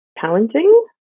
challenging